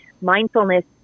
Mindfulness